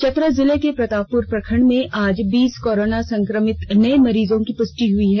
चतरा जिले के प्रतापपुर प्रखंड में भी आज बीस कोरोना संक्रमितों नये मरीजों की प्रष्टि हुई है